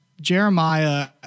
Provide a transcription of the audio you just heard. Jeremiah